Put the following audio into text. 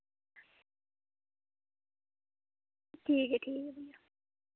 ठीक ऐ ठीक ऐ भैया